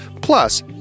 Plus